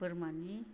बोरमानि